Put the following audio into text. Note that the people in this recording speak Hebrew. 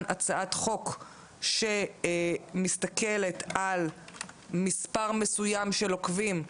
הצעת חוק שמסתכלת על מספר מסוים של עוקבים,